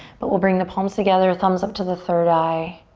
but we'll bring the palms together, thumbs up to the third eye.